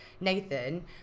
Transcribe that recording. Nathan